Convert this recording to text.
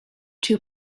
two